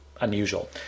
unusual